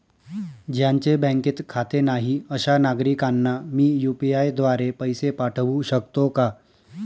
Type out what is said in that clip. ज्यांचे बँकेत खाते नाही अशा नागरीकांना मी यू.पी.आय द्वारे पैसे पाठवू शकतो का?